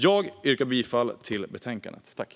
Jag yrkar bifall till utskottets förslag.